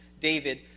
David